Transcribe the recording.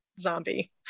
Zombie